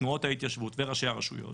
תנועות ההתיישבות וראשי הרשויות,